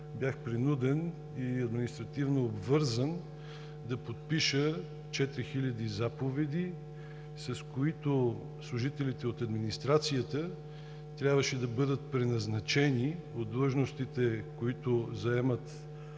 бях принуден и административно обвързан, да подпиша 4000 заповеди, с които служителите от администрацията трябваше да бъдат преназначени от длъжностите, които заемат